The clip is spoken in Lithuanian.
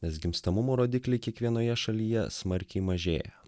nes gimstamumo rodikliai kiekvienoje šalyje smarkiai mažėja